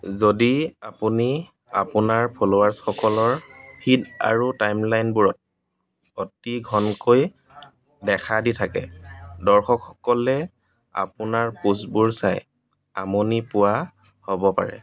যদি আপুনি আপোনাৰ ফলোৱাৰছসকলৰ ফীড আৰু টাইমলাইনবোৰত অতি ঘনকৈ দেখা দি থাকে দৰ্শকসকলে আপোনাৰ পোষ্টবোৰ চাই আমনি পোৱা হ'ব পাৰে